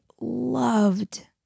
loved